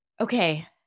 okay